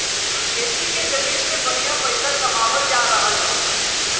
खेती के जमीन से बढ़िया पइसा कमावल जा रहल हौ